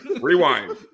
Rewind